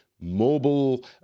Mobile